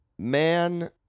Man